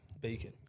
Beacon